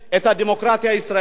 את הדמוקרטיה הישראלית.